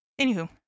Anywho